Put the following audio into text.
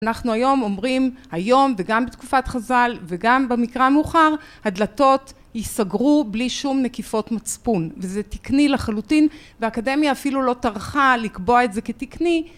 אנחנו היום אומרים היום וגם בתקופת חז״ל וגם במקרא מאוחר, הדלתות ייסגרו בלי שום נקיפות מצפון וזה תקני לחלוטין ואקדמיה אפילו לא טרחה לקבוע את זה כתקני